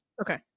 Okay